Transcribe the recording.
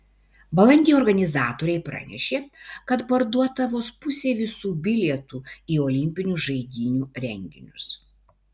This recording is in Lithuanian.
balandį organizatoriai pranešė kad parduota vos pusė visų bilietų į olimpinių žaidynių renginius